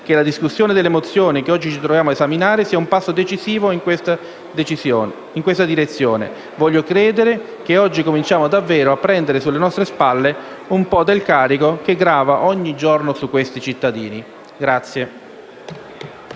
che la discussione delle mozioni che oggi ci troviamo ad esaminare costituisca un passo decisivo in questa direzione. Voglio credere che oggi cominciamo davvero a prendere sulle nostre spalle un po' del carico che grava ogni giorno su questi cittadini.